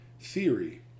theory